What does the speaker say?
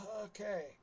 okay